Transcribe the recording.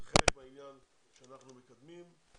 זה חלק מהעניין שאנחנו מקדמים.